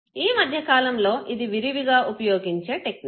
ఈ మధ్యకాలంలో ఇది విరివిగా ఉపయోగించే టెక్నిక్